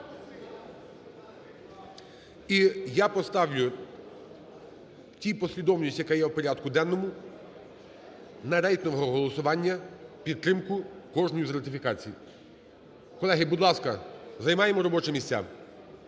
І я поставлю в тій послідовності, яка є в порядку денному, на рейтингове голосування в підтримку кожної з ратифікацій. Колеги, будь ласка, займаємо робочі місця.